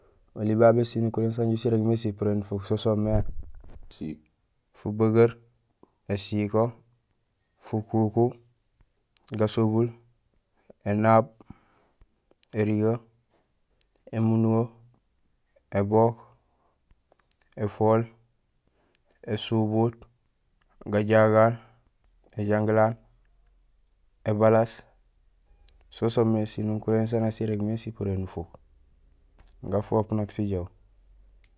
Oli babé sinukurén sanja sirégmé sipuré nufuk so soomé: fubegeer, ésiko, fukuku, gasobul, énaab, érigee, émunduŋo, ébook, éfool, ésubuut, gajagal, éjangilaan, ébalaas so soomé sinukuréén san nak sirégmé sipuré nufuk, gafoop nak sijoow.